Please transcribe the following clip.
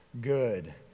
good